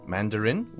Mandarin